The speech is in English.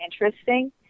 interesting